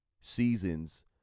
seasons